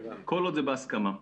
כל עוד זה בהסכמה.